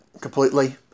completely